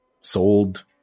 sold